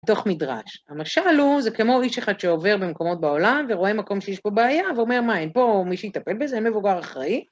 מתוך מדרש, למשל זה כמו איש אחד שעובר במקומות בעולם ורואה מקום שיש פה בעיה ואומר מה, אין פה מי שיטפל בזה, אין מבוגר אחראי?